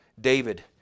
David